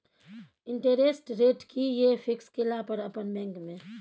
Interest rate कि ये fix केला पर अपन बैंक में?